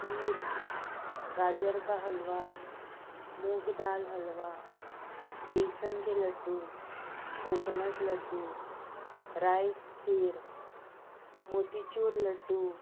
खीर गाजर का हलवा मूंग दाल हलवा बेसन के लूड्डू कोकोनट लड्डू रायस खीर मोतीचूर लड्डू